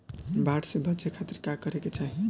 बाढ़ से बचे खातिर का करे के चाहीं?